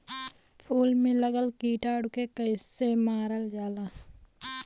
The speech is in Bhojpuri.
फूल में लगल कीटाणु के कैसे मारल जाला?